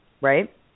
Right